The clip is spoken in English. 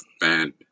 bad